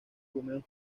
húmedos